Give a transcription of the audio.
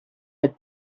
with